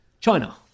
China